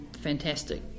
fantastic